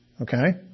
okay